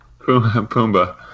Pumbaa